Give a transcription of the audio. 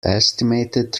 estimated